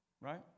right